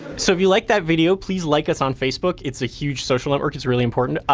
so if you liked that video, please like us on facebook, it's a huge social network, it's really important.